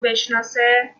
بشناسه